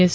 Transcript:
S